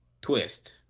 twist